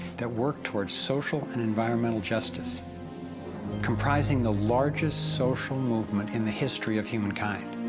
that work toward social and environmental justice comprising the largest social movement in the history of humankind.